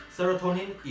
Serotonin